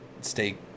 stay